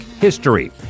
history